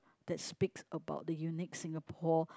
that speaks about the unique Singapore